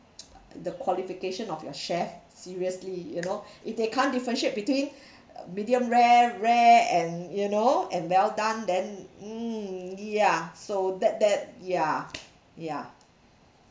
the qualification of your chef seriously you know if they can't differentiate between medium rare rare and you know and well done then mm yeah so that that ya ya